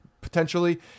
potentially